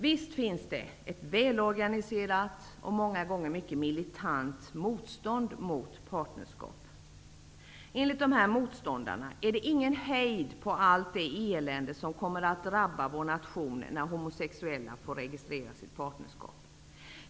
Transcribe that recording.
Visst finns det ett välorganiserat och många gånger mycket militant motstånd mot partnerskap. Enligt dessa motståndare är det ingen hejd på allt elände som kommer att drabba vår nation när homosexuella får registrera sitt partnerskap.